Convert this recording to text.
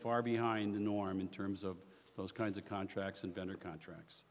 far behind the norm in terms of those kinds of contracts and better contracts